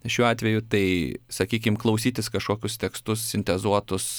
šiuo atveju tai sakykim klausytis kažkokius tekstus sintezuotus